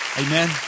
Amen